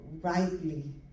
rightly